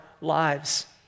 lives